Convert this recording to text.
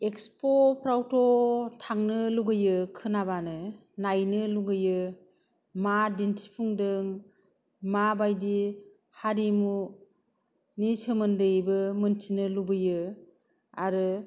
एक्सप'फोरावथ' थांनो लुगैयो खोनाबानो नायनो लुगैयो मा दिनथिफुंदों माबादि हारिमुनि सोमोनदैबो मोनथिनो लुगैयो आरो